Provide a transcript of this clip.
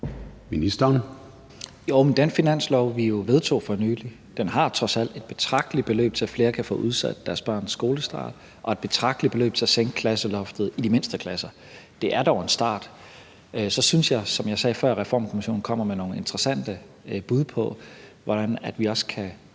Tesfaye): Den finanslov, vi jo vedtog for nylig, har trods alt et betragteligt beløb til, at flere kan få udsat deres børns skolestart, og et betragteligt beløb til at sænke klasseloftet i de mindste klasser. Det er dog en start. Og som jeg sagde før, synes jeg, at Reformkommissionen kommer med nogle interessante bud på, hvordan vi også kan